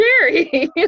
cherry